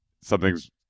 something's